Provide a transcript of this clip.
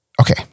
Okay